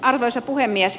arvoisa puhemies